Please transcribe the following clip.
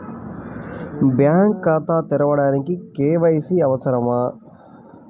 Bank ఖాతా తెరవడానికి KYC అవసరమా?